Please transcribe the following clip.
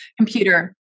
computer